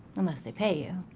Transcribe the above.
unless they pay you,